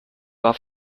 war